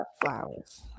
flowers